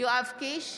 יואב קיש,